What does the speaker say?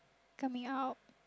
coming out